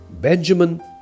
Benjamin